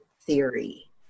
theory